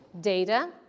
data